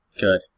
Good